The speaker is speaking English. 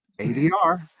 ADR